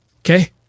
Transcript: Okay